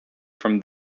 from